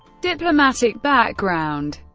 diplomatic background